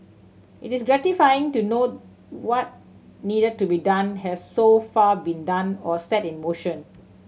it is gratifying to know what need to be done has so far been done or set in motion